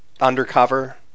undercover